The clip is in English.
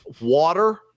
Water